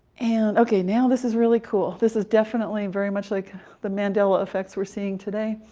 and ok, now this is really cool. this is definitely very much like the mandela effects we're seeing today.